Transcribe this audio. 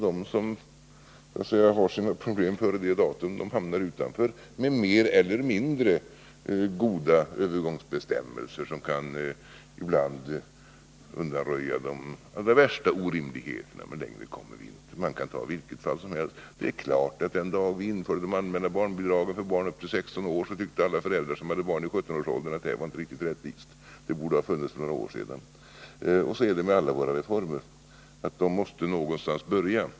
De som så att säga har sina problem före detta datum hamnar utanför med mer eller mindre goda övergångsbestämmelser, som i bland kan undanröja de allra värsta orimligheterna. Längre kommer vi inte. Man kan ta vilken reform som helst. Det är klart att den dag vi införde de allmänna barnbidragen för barn upp till 16 år, så tyckte alla föräldrar som hade barn i 17-årsåldern att det inte var riktigt rättvist och att barnbidragen borde ha funnits för några år sedan. Så är det med alla våra reformer: de måste någonstans börja.